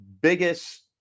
biggest